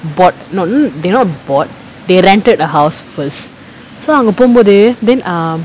bought no not they not bought they rented a house first so அங்க போகும்போது:anga pogumpothu then err